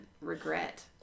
regret